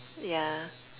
yeah